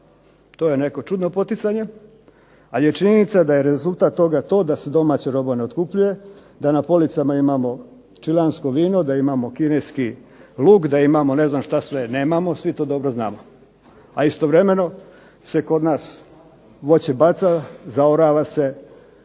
To je neko čudno poticanje. Ali je činjenica da je rezultat toga to da se domaća roba ne otkupljuje, da na policama imamo čileansko vino, da imamo kineski luk, da imamo, ne znam što sve nemamo. Svi to dobro znamo. A istovremeno se kod nas voće baca, zaorava se,